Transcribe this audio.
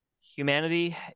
humanity